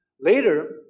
Later